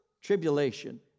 tribulation